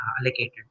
allocated